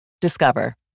Discover